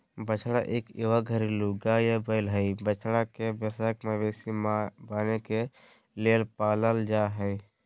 बछड़ा इक युवा घरेलू गाय या बैल हई, बछड़ा के वयस्क मवेशी बने के लेल पालल जा हई